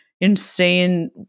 insane